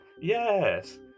Yes